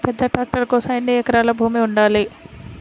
పెద్ద ట్రాక్టర్ కోసం ఎన్ని ఎకరాల భూమి ఉండాలి?